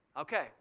Okay